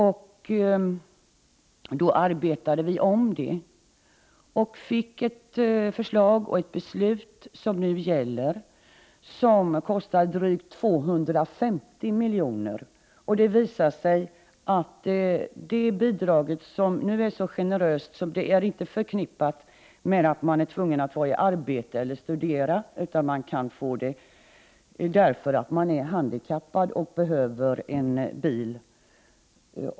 Vi omarbetade det och fick ett förslag och ett beslut som nu gäller. Kostnaden uppgår till drygt 250 milj.kr. Detta bidrag är nu så generöst utformat att det inte är förknippat med tvång att vara i arbete eller att studera, utan man kan få bidraget därför att man är handikappad och behöver en bil.